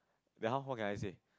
then how what can I say